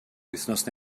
wythnos